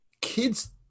Kids